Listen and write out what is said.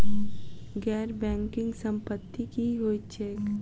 गैर बैंकिंग संपति की होइत छैक?